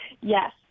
Yes